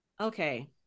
Okay